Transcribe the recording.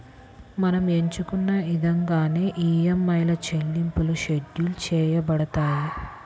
మనం ఎంచుకున్న ఇదంగానే ఈఎంఐల చెల్లింపులు షెడ్యూల్ చేయబడతాయి